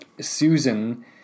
Susan